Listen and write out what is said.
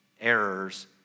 errors